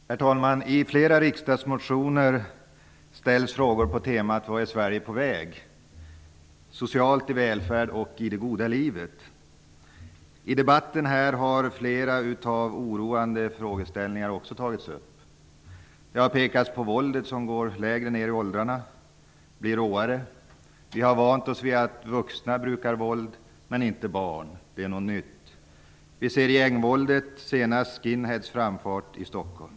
Herr talman! I flera riksdagsmotioner ställs frågor på temat: Vart är Sverige på väg, i socialt hänseende och i fråga om välfärd och det goda livet? Också i debatten här i kammaren har flera oroande frågeställningar tagits upp. Det har pekats på våldet, som går lägre ner i åldrarna och blir råare - vi har vant oss vid att vuxna brukar våld, men det är något nytt att barn gör det. Vi ser gängvåldet, senast skinheads framfart i Stockholm.